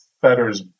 fetters